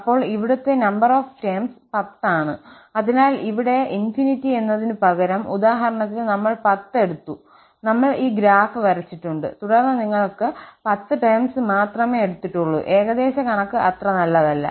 അപ്പോൾ ഇവിടുത്തെ number of terms 10ആണ് അതിനാൽ ഇവിടെ ∞ എന്നതിനുപകരം ഉദാഹരണത്തിന് നമ്മൾ 10 എടുത്തുനമ്മൾ ഈ ഗ്രാഫ് വരച്ചിട്ടുണ്ട് തുടർന്ന് നിങ്ങൾക്ക് 10 ടെംസ് മാത്രമേ എടുത്തിട്ടുള്ളൂ ഏകദേശ കണക്ക് അത്ര നല്ലതല്ല